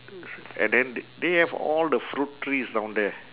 so and then th~ they have all the fruit trees down there